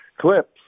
clips